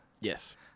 Yes